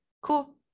cool